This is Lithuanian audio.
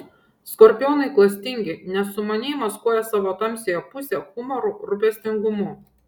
skorpionai klastingi nes sumaniai maskuoja savo tamsiąją pusę humoru rūpestingumu